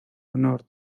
honor